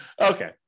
Okay